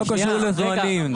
זה לא קשור לזמנים,